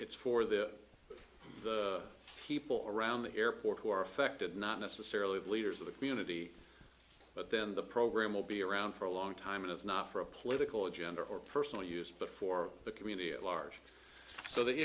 it's for the people around the airport who are affected not necessarily the leaders of the community but then the program will be around for a long time if not for a political agenda or personal use but for the community at large so the